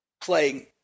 playing